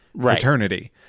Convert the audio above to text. fraternity